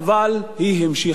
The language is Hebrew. אבל היא המשיכה בה.